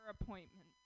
appointment